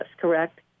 correct